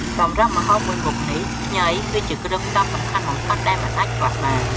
សម្រាប់ម្ហូបមួយមុខនេះ ខ្ញីគឺជាគ្រឿងផ្សំសំខាន់បំផុតដែលមិនអាចខ្វះបាន។